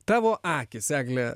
tavo akys eglę